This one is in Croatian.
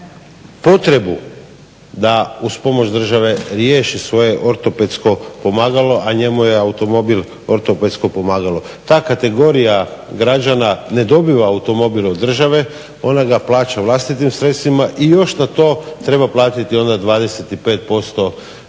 potrebu da uz pomoć države riješi svoje ortopedsko pomagalo, a njemu je automobil ortopedsko pomagalo. Ta kategorija građana ne dobiva automobili od države, ona ga plaća vlastitim sredstvima i još na to treba platiti onda 25% PDV.